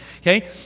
okay